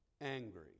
angry